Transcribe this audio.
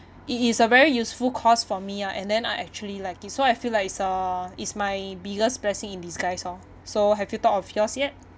it is a very useful course for me ah and then I actually like it so I feel like is a is my biggest blessing in disguise lor so have you thought of yours yet